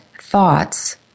thoughts